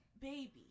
baby